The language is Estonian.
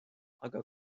aga